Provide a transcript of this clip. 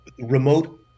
remote